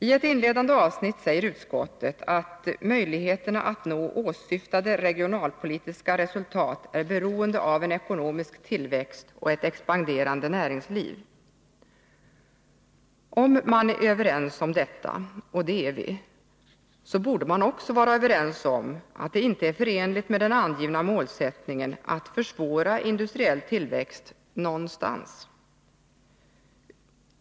I ett inledande avsnitt säger utskottet att ”möjligheterna att nå åsyftade regionalpolitiska resultat är beroende av en ekonomisk tillväxt och ett expanderande näringsliv.” Om man är överens om detta — och det är vi — så borde man också vara överens om att det inte är förenligt med den angivna målsättningen att försvåra industriell tillväxt någonstans.